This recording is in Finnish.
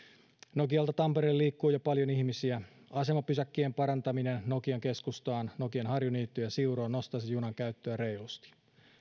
nokialta tampereelle liikkuu jo paljon ihmisiä asemapysäkkien parantaminen nokian keskustassa nokian harjuniityssä ja siurossa nostaisi junan käyttöä reilusti